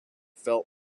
felt